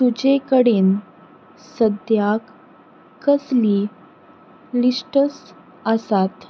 तुजे कडेन सद्याक कसली लिस्टस आसात